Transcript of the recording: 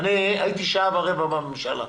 אני הייתי שעה ורבע בממשלה.